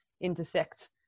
intersect